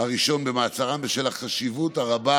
הראשון במעצרם, בשל החשיבות הרבה